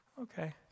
Okay